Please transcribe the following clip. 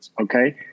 okay